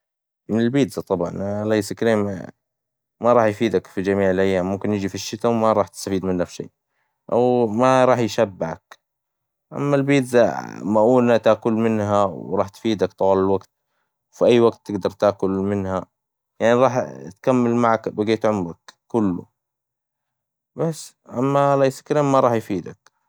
من البيتزا طبعاً الإيس كريم ما راح يفيدك في جميع الأيام، ممكن يجي في الشتا وما راح تستفيد منه في شي، أو ما راح يشبعك، أما البيتزا، مؤونة تاككل منها وراح تفيدك طوال الوقت، وفي أي وقت تقدر تاكل منها، يعني راح تكمل معك بقيت عمرك كله، بس، أما الآيس كريم ما راح يفيدك.